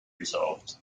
resolved